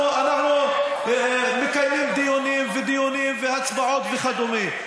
מקיימים דיונים ודיונים והצבעות וכדומה.